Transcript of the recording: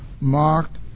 marked